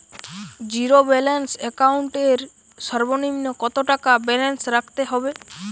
Zero balance account এর সর্বনিম্ন কত টাকা ব্যালেন্স রাখতে হবে?